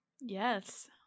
Yes